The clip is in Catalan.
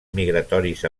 migratoris